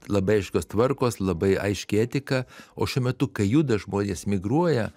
labai aiškios tvarkos labai aiški etika o šiuo metu kai juda žmonės migruoja